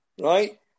right